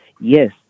Yes